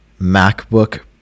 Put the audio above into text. MacBook